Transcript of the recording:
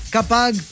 Kapag